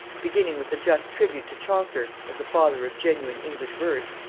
beginning with a just tribute to chaucer, as the father of genuine english verse,